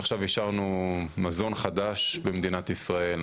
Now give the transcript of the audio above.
עכשיו אישרנו מזון חדש במדינת ישראל.